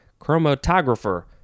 chromatographer